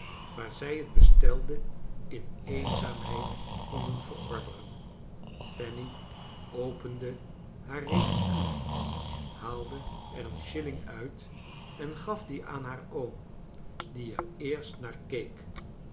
waar zij het bestelde in eenzaamheid konden verorberen fanny opende haar reticule haalde er een shilling nit en gaf dien aan haar oom die er eerst naar keek